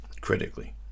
critically